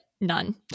none